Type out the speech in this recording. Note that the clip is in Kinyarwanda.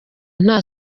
nta